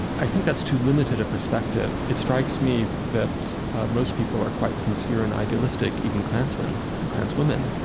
i think that's too limited a perspective. it strikes me that most people are quite sincere and idealistic, even klansmen and klanswomen,